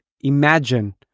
imagine